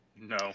No